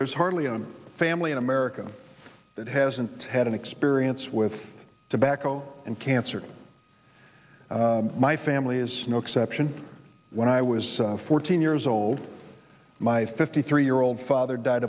it's hardly a family in america that hasn't had an experience with tobacco and cancer my family is no exception when i was fourteen years old my fifty three year old father died